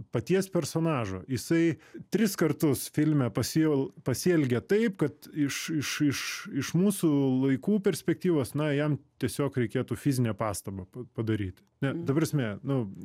paties personažo jisai tris kartus filme pasi juo pasielgė taip kad iš iš iš iš mūsų laikų perspektyvos na jam tiesiog reikėtų fizinę pastabą p padaryti ne ta prasme nu